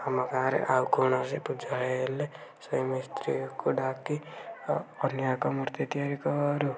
ଆମ ଗାଁରେ ଆଉ କୌଣସି ପୂଜା ହେଲେ ସେଇ ମିସ୍ତ୍ରୀକୁ ଡାକି ଅନ୍ୟ ଏକ ମୂର୍ତ୍ତି ତିଆରି କରୁ